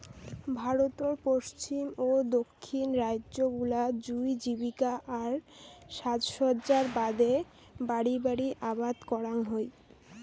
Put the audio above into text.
ভারতর পশ্চিম ও দক্ষিণ রাইজ্য গুলাত জুঁই জীবিকা আর সাজসজ্জার বাদে বাড়ি বাড়ি আবাদ করাং হই